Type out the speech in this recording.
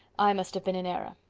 i must have been in error.